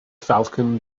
falcon